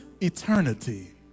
eternity